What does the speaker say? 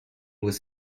was